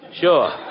Sure